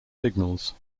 signals